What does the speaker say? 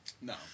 no